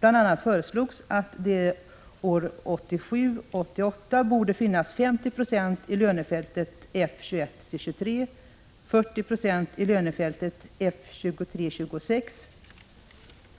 Bl.a. föreslogs att det 1987/88 skulle finnas 50 26 kvinnor i lönefältet F 21-23, 40 96 kvinnor i lönefältet F 23-26